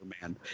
man